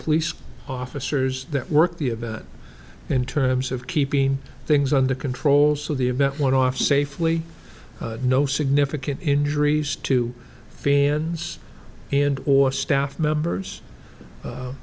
police officers that work the event in terms of keeping things under control so the event went off safely no significant injuries to fans and or staff members